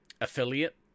affiliate